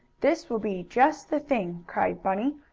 this will be just the thing! cried bunny,